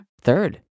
Third